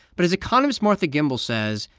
but as economist martha gimbel says,